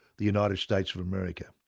the united states of america.